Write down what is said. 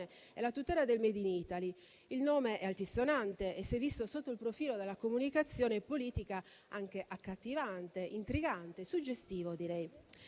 e la tutela del *made in Italy*. Il nome è altisonante e, come si è visto sotto il profilo della comunicazione politica, anche accattivante, intrigante e suggestivo, direi.